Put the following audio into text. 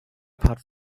put